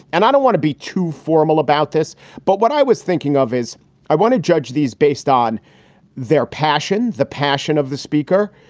and i don't want to be too formal about this, but what i was thinking of is i want to judge these based on their passion, the passion of the speaker,